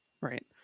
right